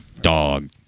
Dog